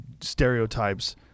stereotypes